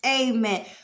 Amen